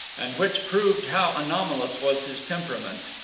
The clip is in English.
and which proved how anomalous was his temperament,